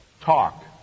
Talk